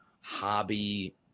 hobby